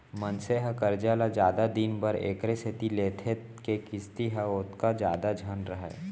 मनसे ह करजा ल जादा दिन बर एकरे सेती लेथे के किस्ती ह ओतका जादा झन रहय